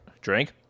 drink